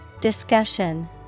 Discussion